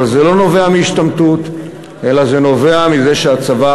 אבל זה לא נובע מהשתמטות אלא מזה שהצבא